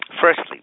Firstly